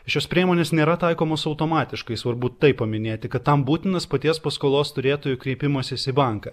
šios priemonės nėra taikomos automatiškai svarbu tai paminėti kad tam būtinas paties paskolos turėtojų kreipimasis į banką